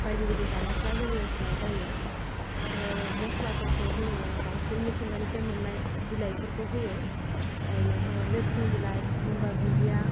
बायदि बायदि जानायफोरा जोंनि ओनसोलाव जायो आरो मस्लाफोरखौ जोङो बांसिन मिथिंगानिफ्राय मोननाय बिलायफोरखौ होयो ओरैनोथ' नोरसिं बिलाय गंगार दुनदिया